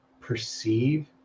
perceive